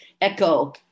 echo